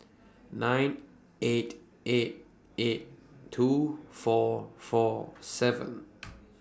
nine eight eight eight two four four seven